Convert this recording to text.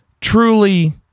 truly